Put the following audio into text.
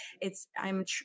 it's—I'm